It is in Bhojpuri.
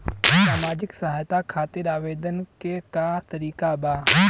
सामाजिक सहायता खातिर आवेदन के का तरीका बा?